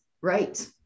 right